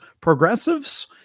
progressives